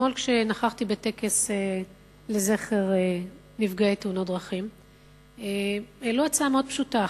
אתמול כשנכחתי בטקס לזכר נפגעי תאונות דרכים העלו הצעה מאוד פשוטה.